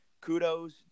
kudos